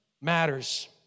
matters